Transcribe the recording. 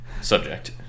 subject